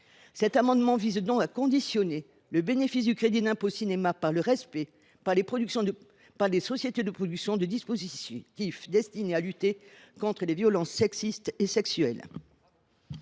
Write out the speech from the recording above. cet amendement vise à conditionner le bénéfice du crédit d’impôt pour le cinéma au respect, par les sociétés de production, de dispositifs destinés à lutter contre les violences sexistes et sexuelles.